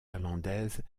irlandaise